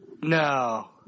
No